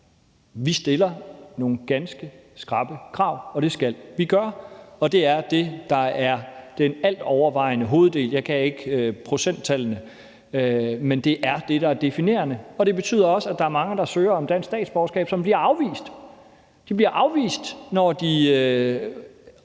vi stiller nogle ganske skrappe krav, og det skal vi gøre, og det er det, der er den altovervejende hoveddel. Jeg kan ikke procenttallene, men det er det, der er definerende, og det betyder også, at der er mange, der søger om dansk statsborgerskab, som bliver afvist. De bliver afvist, når de